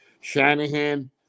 Shanahan